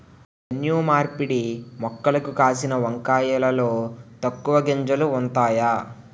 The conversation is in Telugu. జన్యు మార్పిడి మొక్కలకు కాసిన వంకాయలలో తక్కువ గింజలు ఉంతాయి